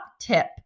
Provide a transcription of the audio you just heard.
tip